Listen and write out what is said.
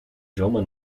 zwommen